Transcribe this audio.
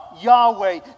Yahweh